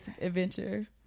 adventure